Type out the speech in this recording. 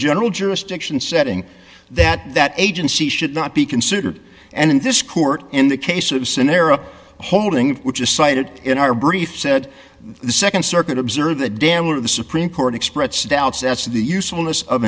general jurisdiction setting that that agency should not be considered and in this court in the case of sonera holdings which is cited in our brief said the nd circuit observer the damage to the supreme court expressed doubts as to the usefulness of